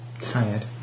Tired